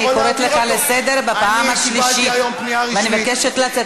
אני קיבלתי היום פנייה רשמית גם,